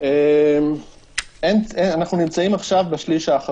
ממש נקודתי, היו כמה מקרים כאלה.